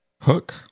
Hook